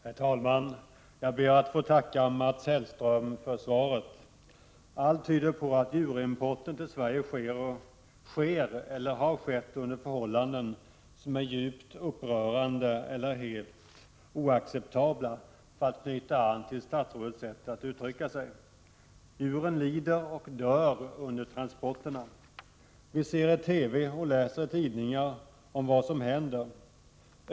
Herr talman! Jag ber att få tacka statsrådet Mats Hellström för svaret. Allt tyder på att djurimporten till Sverige sker eller har skett under förhållanden som är djupt upprörande och helt oacceptabla, för att knyta an tillstatsrådets sätt att uttrycka sig. Djuren lider och dör under transporterna. Vi ser i TV och läser i tidningar om vad som händer.